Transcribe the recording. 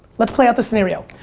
let's play out the scenario.